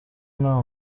nta